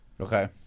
Okay